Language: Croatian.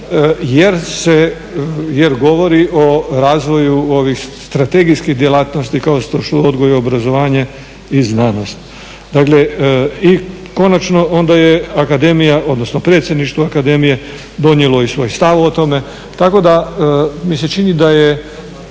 državi jer govori o razvoju ovih strategijskih djelatnosti kao što su odgoj, obrazovanje i znanost. Dakle, i konačno onda je akademija odnosno predsjedništvo akademije donijelo i svoj stav o tome, tako da mi se čini da je